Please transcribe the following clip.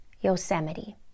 Yosemite